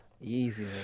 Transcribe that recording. Easy